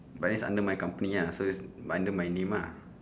but this under my company ah so is under my name ah